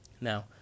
Now